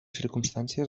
circumstàncies